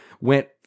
went